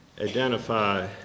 identify